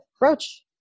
roach